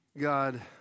God